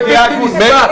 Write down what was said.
זה בלתי נסבל.